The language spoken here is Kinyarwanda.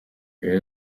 ibi